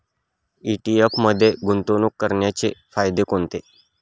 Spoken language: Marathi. ई.टी.एफ मध्ये गुंतवणूक करण्याचे फायदे कोणते?